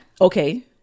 okay